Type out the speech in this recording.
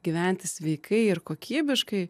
gyventi sveikai ir kokybiškai